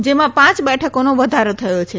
જેમાં પાંચ બેઠકોનો વધારો થયો છે